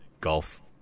golf